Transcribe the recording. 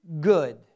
good